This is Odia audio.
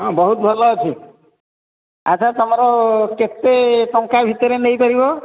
ହଁ ବହୁତ ଭଲ ଅଛି ଆଚ୍ଛା ତମର କେତେ ଟଙ୍କା ଭିତରେ ନେଇପାରିବ